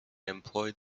employed